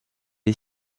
est